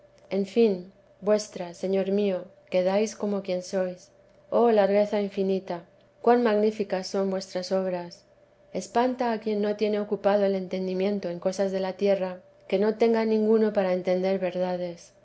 en fin vuestra señor mío que dais como quien sois oh largueza infinita cuan magníficas son vuestras obras espanta a quien no tiene ocupado el entendimiento en cosas de la tierra que no tenga ninguno para entender verdades